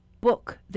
book